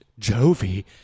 Jovi